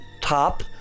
top